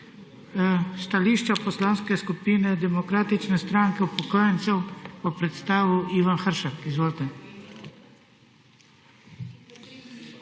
Stališče Poslanske skupine Demokratične stranke upokojencev bo predstavil Ivan Hršak. Izvolite.